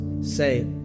Say